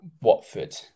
Watford